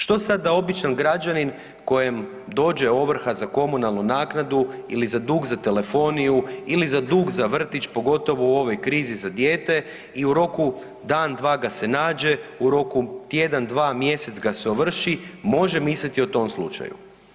Što sada da običan građanin kojem dođe ovrha za komunalnu naknadu ili za dug za telefoniju, ili za dug za vrtić pogotovo u ovoj krizi za dijete i u roku dan, dva ga se nađe, u roku tjedan, dva, mjesec ga se ovrši može misliti o tom slučaju.